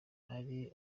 hari